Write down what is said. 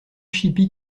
chipie